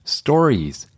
stories